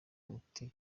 muti